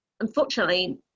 unfortunately